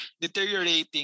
deteriorating